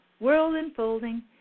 world-enfolding